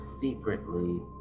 secretly